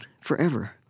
forever